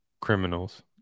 criminals